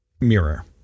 mirror